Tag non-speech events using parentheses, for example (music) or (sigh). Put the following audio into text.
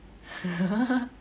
(laughs)